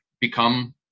become